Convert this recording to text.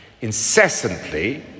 incessantly